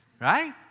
Right